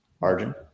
margin